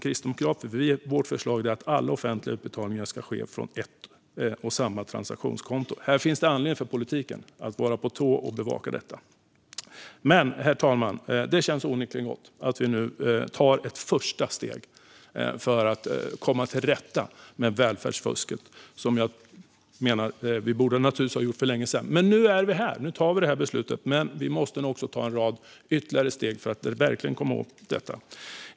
Kristdemokraternas förslag är därför att alla offentliga utbetalningar ska ske från ett och samma transaktionskonto. Det finns anledning för politiken att vara på tårna och bevaka detta. Herr talman! Det känns dock onekligen gott att vi nu tar ett första steg mot att komma till rätta med välfärdsfusket. Det borde naturligtvis ha gjorts för länge sedan, men nu är vi här. Nu tar vi detta beslut. Vi måste nog också ta en rad ytterligare steg för att verkligen komma åt detta.